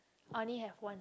only have one